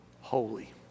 holy